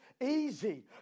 easy